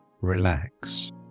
relax